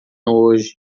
hoje